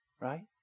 Right